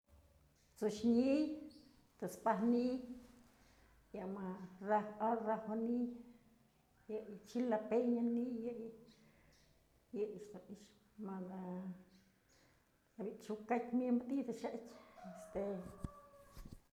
Tsu'ux ni'iy, tsu'ux ni'iy, yëmëjk rafa ni'iy, chile peña ni'iy yëyë, yëyëch dun i'ixë mëdë je'e bi'i chuk jatyë mynbë ti'i da'a xa'atyë este.